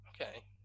okay